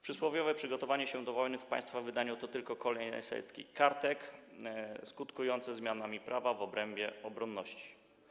Przysłowiowe przygotowanie się do wojny w państwa wydaniu to tylko kolejne setki kartek skutkujące zmianami prawa w obrębie obronności.